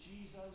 Jesus